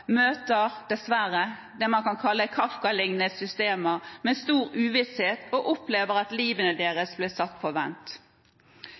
dessverre møter det man kan kalle Kafka-lignende systemer. De opplever stor uvisshet og at